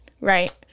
Right